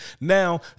Now